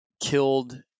killed